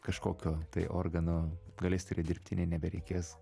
kažkokio tai organo galės dirbtinį nebereikės